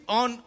on